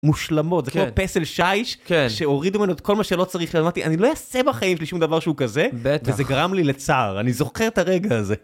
מושלמות, זה כמו פסל שיש, שהורידו ממנו את כל מה שלא צריך, שאמרתי, אני לא אעשה בחיים שלי שום דבר שהוא כזה, וזה גרם לי לצער, אני זוכר את הרגע הזה.